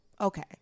okay